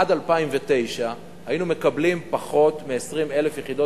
עד 2009 היינו מקבלים פחות מ-20,000 יחידות